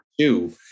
two